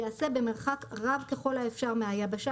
ייעשה במרחק רב ככל שאפשר מהיבשה